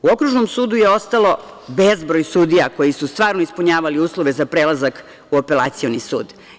U Okružnom sudu je ostalo bezbroj sudija koji su stvarno ispunjavali uslove za prelazak u Apelacioni sud.